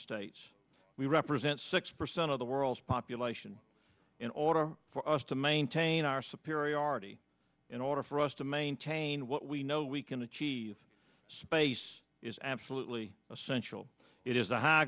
states we represent six percent of the world's population in order for us to maintain our superiority in order for us to maintain what we know we can achieve space is absolutely essential it is the high